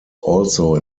also